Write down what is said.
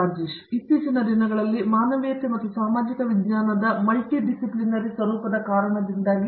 ರಾಜೇಶ್ ಕುಮಾರ್ ಇತ್ತೀಚಿನ ದಿನಗಳಲ್ಲಿ ಮಾನವೀಯತೆ ಮತ್ತು ಸಾಮಾಜಿಕ ವಿಜ್ಞಾನದ ಮಲ್ಟಿ ಡಿಸ್ಕ್ರಿಪ್ಲಿನರಿ ಸ್ವರೂಪದ ಕಾರಣದಿಂದಾಗಿ